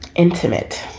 intimate.